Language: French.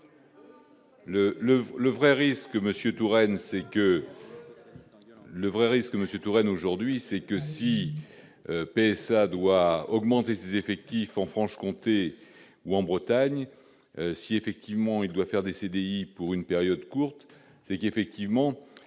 le vrai risque, monsieur Touraine aujourd'hui, c'est que si PSA doit augmenter ses effectifs en Franche-Comté ou en Bretagne, si effectivement il doit faire des CDI pour une période courte, c'est qu'effectivement,